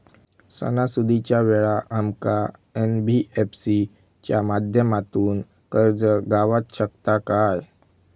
सणासुदीच्या वेळा आमका एन.बी.एफ.सी च्या माध्यमातून कर्ज गावात शकता काय?